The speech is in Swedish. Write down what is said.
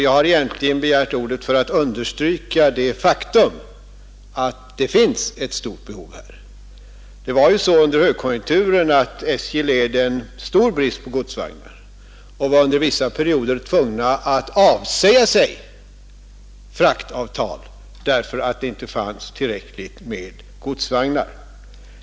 Jag har egentligen begärt ordet för att understryka det faktum att det här finns ett stort sådant behov. Under högkonjunkturen led ju SJ stor brist på godsvagnar, och man var under vissa perioder tvungen avsäga sig fraktavtal därför att det inte fanns tillräckligt med godsvagnar.